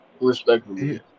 Respectfully